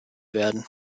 werden